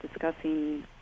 discussing